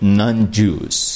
non-Jews